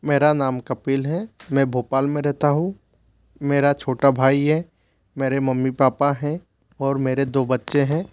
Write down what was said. मेरा नाम कपिल है मैं भोपाल में रहता हूँ मेरा छोटा भाई है मेरे मम्मी पापा हैं और मेरे दो बच्चे है